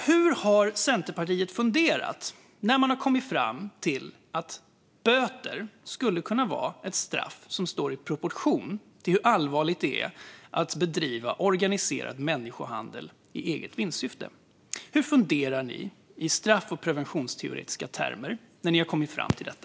Hur har Centerpartiet funderat när man har kommit fram till att böter skulle vara ett straff som står i proportion till hur allvarligt det är att bedriva organiserad människohandel i eget vinstsyfte? Hur funderar ni i straff och preventionsteoretiska termer när ni har kommit fram till detta?